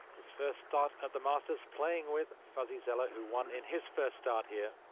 his first start at the masters playing with fuzzy zoeller, who won in his first start here.